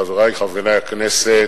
חברי חברי הכנסת,